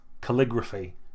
calligraphy